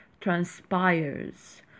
transpires